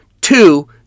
Two